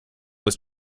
was